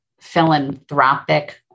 philanthropic